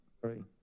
Sorry